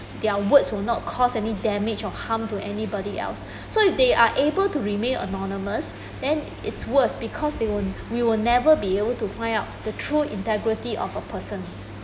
their words will not cause any damage or harm to anybody else so if they are able to remain anonymous then it's worst because they will we will never be able to find out the true integrity of a person